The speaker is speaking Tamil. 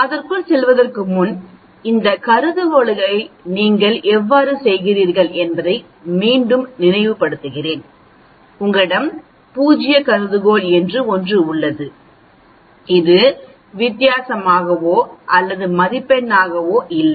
அதற்குள் செல்வதற்கு முன் இந்த கருதுகோளை நீங்கள் எவ்வாறு செய்கிறீர்கள் என்பதை மீண்டும் நினைவுபடுத்துகிறேன் உங்களிடம் பூஜ்ய கருதுகோள் என்று ஒன்று உள்ளது இது வித்தியாசமாகவோ அல்லது மதிப்பெண்ணாகவோ இல்லை